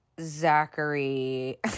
Zachary